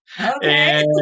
Okay